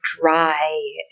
dry